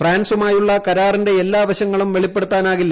ഫ്രാൻസുമായുള്ള കരാറിന്റെ എല്ലാ വശങ്ങളും വെളിപ്പെടുത്താനാകില്ല